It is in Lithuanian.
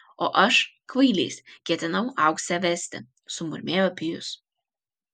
o aš kvailys ketinau auksę vesti sumurmėjo pijus